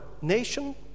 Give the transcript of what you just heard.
nation